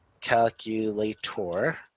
calculator